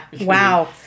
wow